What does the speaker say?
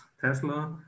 Tesla